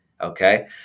Okay